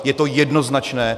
Je to jednoznačné!